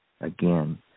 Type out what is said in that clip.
Again